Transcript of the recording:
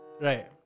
right